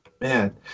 Man